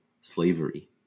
slavery